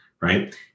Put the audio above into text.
Right